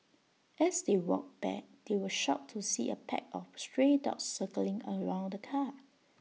as they walked back they were shocked to see A pack of stray dogs circling around the car